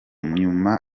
nyuma